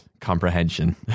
comprehension